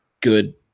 good